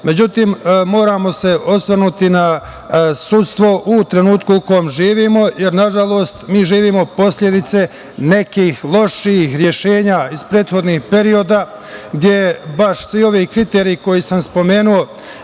predloge.Međutim, moramo se osvrnuti na sudstvo u trenutku u kome živimo, jer, nažalost, mi živimo posledice nekih loših rešenja iz prethodnih perioda, gde baš svi ovi kriteriji koje sam spomenuo